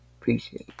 Appreciate